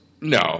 No